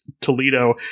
Toledo